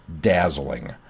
dazzling